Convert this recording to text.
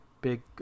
big